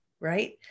right